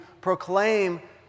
proclaim